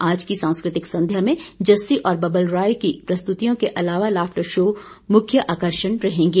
आज की सांस्कृतिक संध्या में जस्सी और बबल रॉव की प्रस्तुतियों के अलावा लाफ्टर शो मुख्य आर्कषण रहेंगे